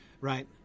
Right